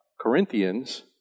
Corinthians